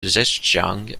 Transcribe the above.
zhejiang